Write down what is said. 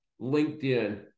LinkedIn